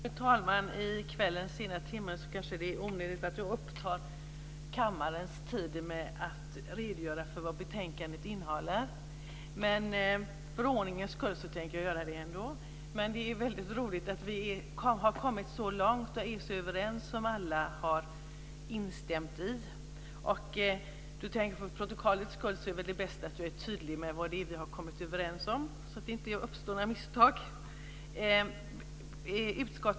Fru talman! I kvällens sena timme kanske det är onödigt att jag upptar kammarens tid med att redogöra för vad betänkandet innehåller. Men för ordningens skull tänker jag göra det ändå. Det är väldigt roligt att vi har kommit så långt och är så överens att alla har instämt. För protokollets skull är det väl bäst att jag är tydlig i fråga om vad vi har kommit överens om, så att det inte uppstår några misstag.